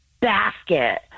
basket